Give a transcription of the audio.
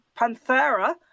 Panthera